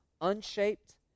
unshaped